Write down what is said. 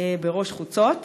בראש חוצות.